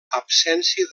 absència